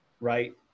right